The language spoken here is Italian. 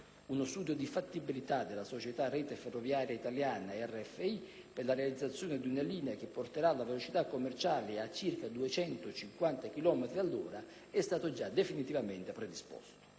Uno studio di fattibilità della società RFI (Rete ferroviaria italiana) per la realizzazione di una linea che porterà la velocità commerciale a circa 250 chilometri all'ora è stato già definitivamente predisposto.